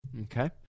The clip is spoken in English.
Okay